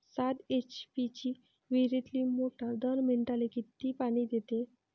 सात एच.पी ची विहिरीतली मोटार दर मिनटाले किती पानी देते?